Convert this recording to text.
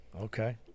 Okay